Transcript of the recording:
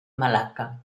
malaca